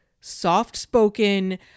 soft-spoken